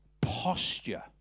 posture